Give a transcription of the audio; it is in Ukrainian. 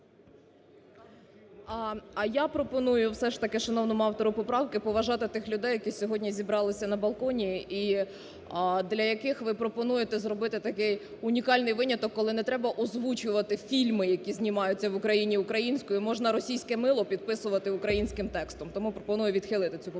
А я пропоную все ж таки шановному автору поправки поважати тих людей, які сьогодні зібралися на балконі, для яких ви пропонуєте зробити такий унікальний виняток, коли не треба озвучувати фільми, які знімаються в Україні, українською, можна російське мило підписувати українським текстом. Тому пропоную відхилити цю поправку.